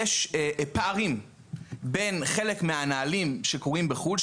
יש פערים בין חלק מהנהלים שקבועים בחו"ל,